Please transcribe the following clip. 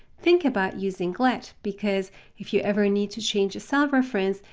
think about using let because if you ever need to change a cell reference,